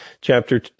chapter